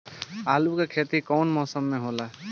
आलू के खेती कउन मौसम में होला?